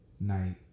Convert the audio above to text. night